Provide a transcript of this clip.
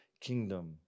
kingdom